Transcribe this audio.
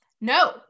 No